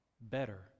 better